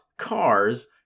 cars